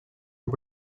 und